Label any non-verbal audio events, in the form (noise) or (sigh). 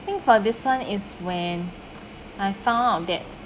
I think for this one is when (noise) I found out that